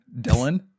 dylan